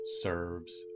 serves